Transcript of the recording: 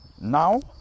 now